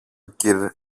κυρ